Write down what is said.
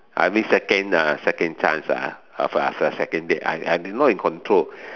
I mean second uh second chance ah of a a second date I'm in I'm not in control